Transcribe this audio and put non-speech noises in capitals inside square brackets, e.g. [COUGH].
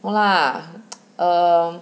no lah [NOISE] um